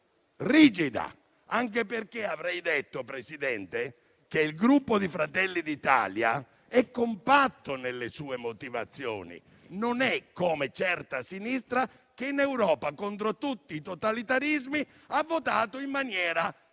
rigida. Presidente, avrei detto che il Gruppo Fratelli d'Italia è compatto nelle sue motivazioni; non è come certa sinistra che in Europa contro tutti i totalitarismi ha votato in maniera